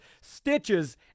Stitches